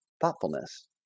thoughtfulness